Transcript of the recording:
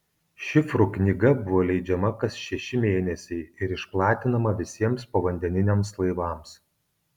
šifrų knyga buvo leidžiama kas šeši mėnesiai ir išplatinama visiems povandeniniams laivams